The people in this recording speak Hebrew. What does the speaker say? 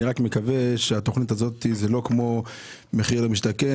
אני רק מקווה שהתוכנית הזאת היא לא כמו "מחיר למשתכן"